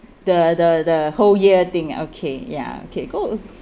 the the the whole year thing okay ya okay go